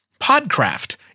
PodCraft